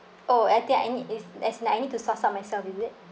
oh I think I need this as in I need to source out myself is it